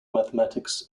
mathematics